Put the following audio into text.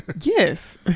yes